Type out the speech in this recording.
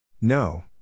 No